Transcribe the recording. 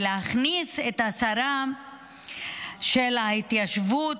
ולהכניס גם את השרה של ההתיישבות